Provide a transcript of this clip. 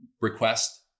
request